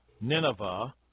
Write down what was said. Nineveh